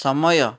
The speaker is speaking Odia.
ସମୟ